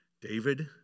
David